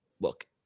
look